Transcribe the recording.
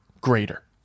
greater